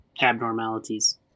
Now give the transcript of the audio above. abnormalities